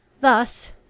Thus